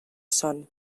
son